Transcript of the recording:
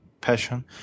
passion